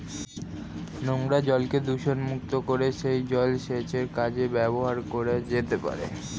নোংরা জলকে দূষণমুক্ত করে সেই জল সেচের কাজে ব্যবহার করা যেতে পারে